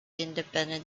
independent